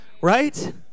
right